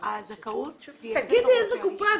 תגידי איזו קופה.